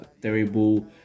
terrible